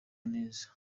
neza